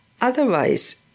otherwise